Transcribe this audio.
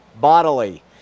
bodily